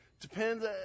Depends